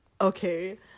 Okay